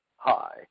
Hi